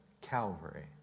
Calvary